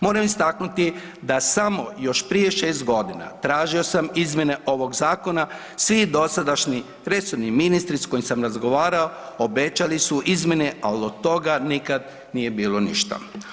Moram istaknuti da sam još prije šest godina tražio sam izmjene ovog zakona, svi dosadašnji resorni ministri s kojima sam razgovarao obećali su izmjene, ali od toga nikad nije bilo ništa.